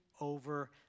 over